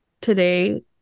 today